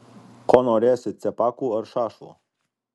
ko norėsi cepakų ar šašlo